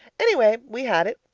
anyway, we had it,